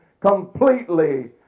completely